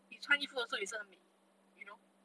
你穿衣服的时候也是很美 you know